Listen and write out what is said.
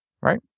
Right